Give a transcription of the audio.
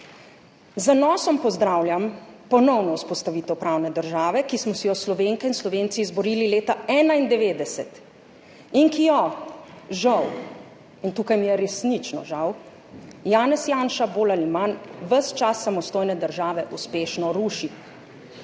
zanosom pozdravljam ponovno vzpostavitev pravne države, ki smo si jo Slovenke in Slovenci izborili leta 1991 in ki jo, žal, in tukaj mi je resnično žal, Janez Janša bolj ali manj ves čas samostojne države uspešno ruši.